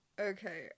Okay